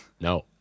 No